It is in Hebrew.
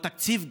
או תקציב גדול,